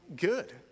good